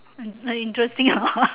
hmm interesting hor